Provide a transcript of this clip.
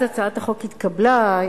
הצעת החוק התקבלה,